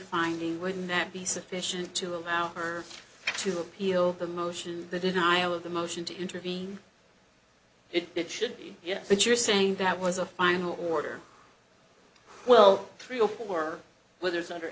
finding would not be sufficient to allow her to appeal the motion to the denial of the motion to intervene it should be yes but you're saying that was a final order well three or four whether it's under